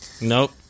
Nope